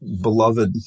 beloved